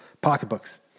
pocketbooks